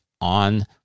on